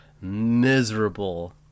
miserable